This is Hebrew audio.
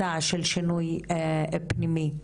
מסע של שינוי פנימי.